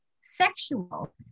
sexual